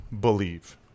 believe